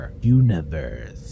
Universe